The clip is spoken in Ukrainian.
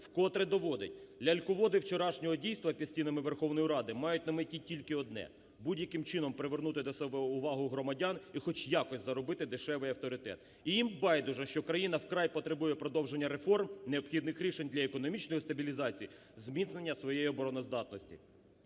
вкотре доводить: ляльководи вчорашнього дійства під стінами Верховної Ради мають на меті тільки одне – будь-яким чином привернути до себе увагу громадян і хоч якось заробити дешевий авторитет. І їм байдуже, що країна вкрай потребує продовження реформ, необхідних рішень для економічної стабілізації, зміцнення своєї обороноздатності.